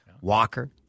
Walker